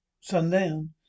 sundown